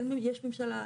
כן יש ממשלה,